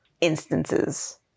instances